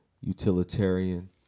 utilitarian